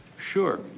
Sure